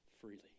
freely